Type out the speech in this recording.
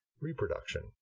reproduction